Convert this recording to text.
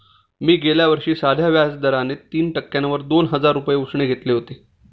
मी गेल्या वर्षी साध्या व्याज दराने तीन टक्क्यांवर दोन हजार रुपये उसने घेतले होते